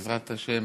בעזרת השם,